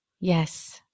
Yes